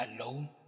alone